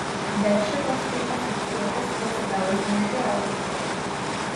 bet šitos fyfos miestietės decibelais mane gerokai aplenkė